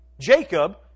Jacob